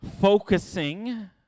focusing